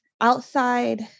outside